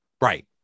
Right